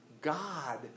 God